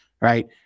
right